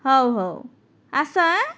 ହଉ ହଉ ଆସ ଆଁ